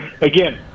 again